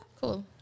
Cool